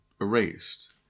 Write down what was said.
erased